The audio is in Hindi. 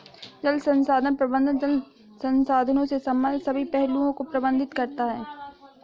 जल संसाधन प्रबंधन जल संसाधनों से संबंधित सभी पहलुओं को प्रबंधित करता है